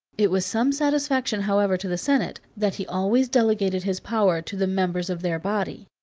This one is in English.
it was some satisfaction, however, to the senate, that he always delegated his power to the members of their body.